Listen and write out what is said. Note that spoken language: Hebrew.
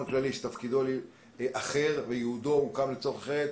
הכללי שתפקידו אחר והוקם לייעוד אחר,